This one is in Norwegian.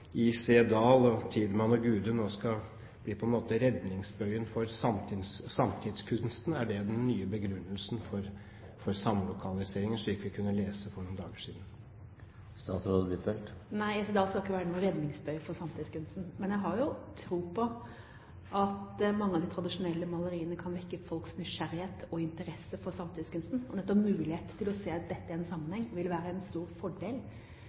og Tidemand og Gude skal bli redningsbøyen for samtidskunsten? Er det den nye begrunnelsen for samlokaliseringen, slik vi kunne lese for noen dager siden? Nei, I.C. Dahl skal ikke være noen redningsbøye for samtidskunsten. Men jeg har tro på at mange av de tradisjonelle maleriene kan vekke folks nysgjerrighet og interesse for samtidskunsten, og at nettopp muligheten til å se dette i en sammenheng vil være en stor fordel